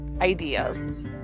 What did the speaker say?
ideas